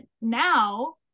now